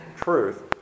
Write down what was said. truth